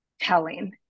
telling